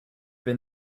been